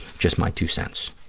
just my two cents.